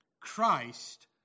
Christ